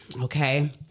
Okay